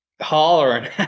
hollering